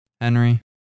Henry